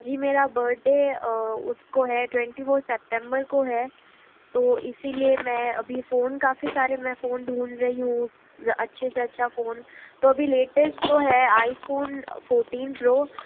जी मेरा बर्थडे उसको है ट्वेंटी फोर सेप्टेम्बर को है तो इसीलिए मैं अभी फ़ोन काफ़ी सारे मैं फ़ोन ढूंढ रही हूँ अच्छे से अच्छा फ़ोन तो अभी लेटेस्ट तो है आईफोन फोर्टीन फोर्टीन प्रो